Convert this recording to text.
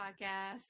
podcast